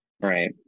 right